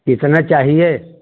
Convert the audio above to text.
कितना चाहिए